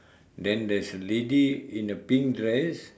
then there is a lady in a pink dress